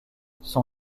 son